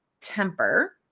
temper